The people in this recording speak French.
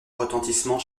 retentissement